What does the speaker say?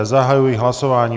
Zahajuji hlasování.